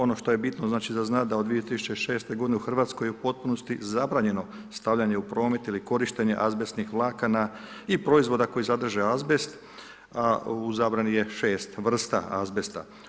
Ono što je bitno za znati da od 2006.g. u Hrvatskoj u potpunosti je zabranjeno stavljanje u promet ili korištenje azbestnih vlakana i proizvoda koji sadrže azbest a u zabrani je 6 vrsta azbesta.